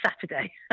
Saturday